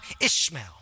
Ishmael